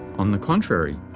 on the contrary,